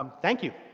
um thank you.